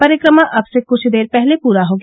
परिक्रमा अब से कुछ देर पहले पूरा हो गया